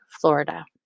Florida